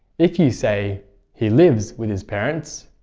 if you say he lives with his parents,